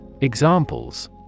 Examples